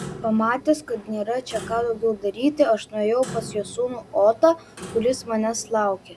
pamatęs kad nėra čia ką daugiau daryti aš nuėjau pas jo sūnų otą kuris manęs laukė